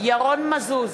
ירון מזוז,